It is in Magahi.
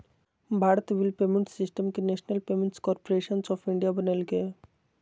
भारत बिल पेमेंट सिस्टम के national payments corporation of India बनैल्कैय